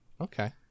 Okay